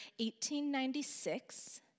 1896